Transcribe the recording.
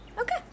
Okay